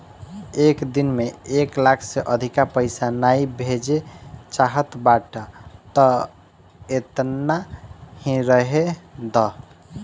एक दिन में एक लाख से अधिका पईसा नाइ भेजे चाहत बाटअ तअ एतना ही रहे दअ